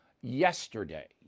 yesterday